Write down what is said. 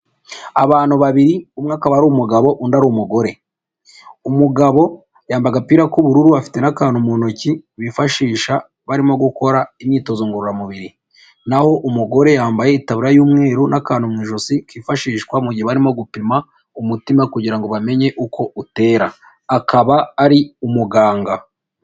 Abantu babiri umwe akaba umugabo undi ari umugore. Umugabo yambaye agapira k'ubururu afite n'akantu mu ntoki, bifashisha barimo gukora imyitozo ngororamubiri. Naho umugore yambaye itaburiya y'umweru n'kantu mu ijosi kifashishwa mu gihe barimo gupima umutima kugira ngo bamenye uko utera. Akaba ari umuganga.